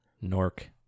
Nork